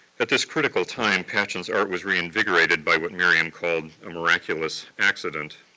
at this critical time patchen's art was reinvigorated by what miriam called, a miraculous accident.